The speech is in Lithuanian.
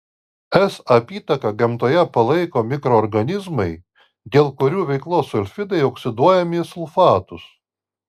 s apytaką gamtoje palaiko mikroorganizmai dėl kurių veiklos sulfidai oksiduojami į sulfatus